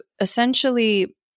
essentially